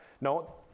no